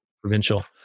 provincial